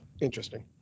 Interesting